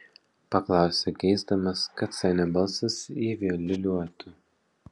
paklausė geisdamas kad senio balsas jį vėl liūliuotų